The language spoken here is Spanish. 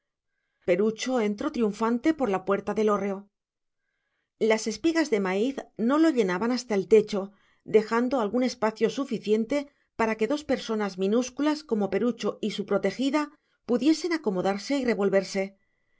perucho entró triunfante por la puerta del hórreo las espigas de maíz no lo llenaban hasta el techo dejando algún espacio suficiente para que dos personas minúsculas como perucho y su protegida pudiesen acomodarse y revolverse